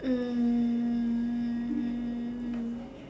um